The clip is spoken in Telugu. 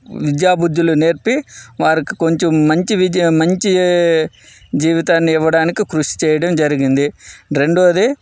విద్యాబుద్ధులు నేర్పి వారికి కొంచెం మంచి విద్య మంచి జీవితాన్ని ఇవ్వడానికి కృషి చేయడం జరిగింది రెండోది